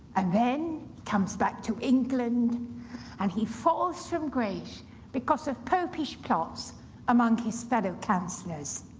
and, then, comes back to england and he falls from grace because of popish plots among his fellow councillors.